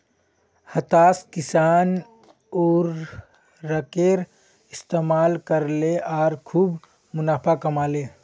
हताश किसान उर्वरकेर इस्तमाल करले आर खूब मुनाफ़ा कमा ले